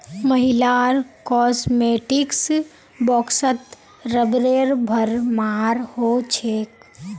महिलार कॉस्मेटिक्स बॉक्सत रबरेर भरमार हो छेक